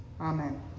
amen